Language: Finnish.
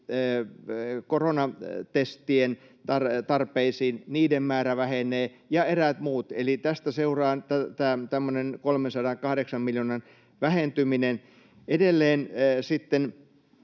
koronatestien tarpeisiin, vähenee, ja eräät muut. Eli tästä seuraa tämmöinen 308 miljoonan vähentyminen. Edelleen sitten